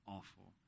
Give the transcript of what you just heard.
Awful